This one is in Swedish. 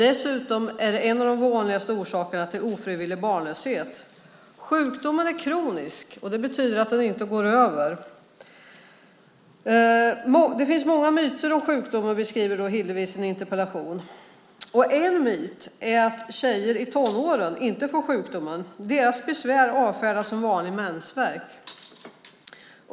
Dessutom är det en av de vanligaste orsakerna till ofrivillig barnlöshet. Sjukdomen är kronisk. Det betyder att den inte går över. Det finns många myter om sjukdomen, beskriver Hillevi i sin interpellation. En myt är att tjejer i tonåren inte får sjukdomen. Deras symtom avfärdas som vanlig mensvärk.